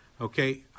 Okay